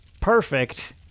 perfect